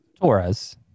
Torres